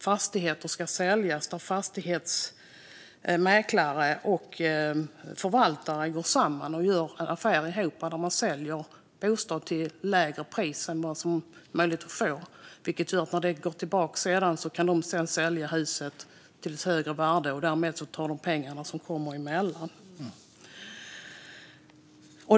Detta sker genom att mäklare och förvaltare går samman och gör affärer ihop när en fastighet ska säljas. De säljer alltså en bostad till lägre pris än vad som är möjligt att få, och sedan, när det går tillbaka, kan de sälja huset till ett högre värde och ta pengarna som kommer emellan.